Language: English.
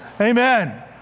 Amen